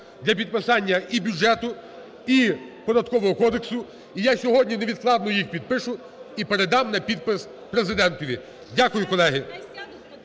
для підписання і бюджету, і Податкового кодексу, і я сьогодні невідкладно їх підпишу, і передам на підпис Президентові. Дякую, колеги.